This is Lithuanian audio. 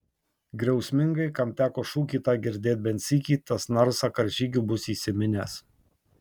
griausmingai kam teko šūkį tą girdėt bent sykį tas narsą karžygių bus įsiminęs